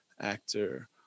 actor